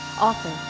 author